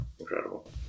incredible